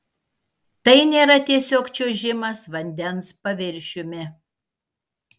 tai nėra tiesiog čiuožimas vandens paviršiumi